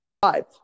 five